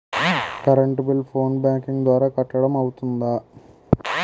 Current bill phone banking ద్వారా కట్టడం అవ్తుందా?